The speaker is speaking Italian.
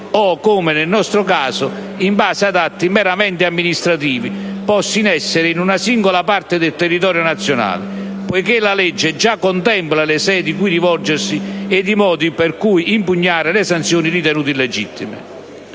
o, come nel nostro caso, in base ad atti meramente amministrativi posti in essere in una singola parte del territorio nazionale, poiché la legge già contempla le sedi cui rivolgersi ed i modi per impugnare le sanzioni ritenute illegittime.